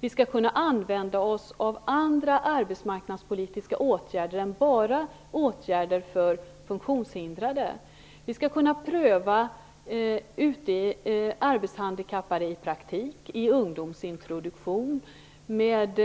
Vi skall kunna använda oss av andra arbetsmarknadspolitiska åtgärder än bara åtgärder för funktionshindrade. Vi skall kunna pröva arbetshandikappade i praktik, i ungdomsintroduktion med